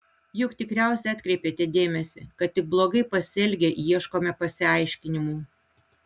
juk tikriausiai atkreipėte dėmesį kad tik blogai pasielgę ieškome pasiaiškinimų